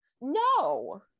No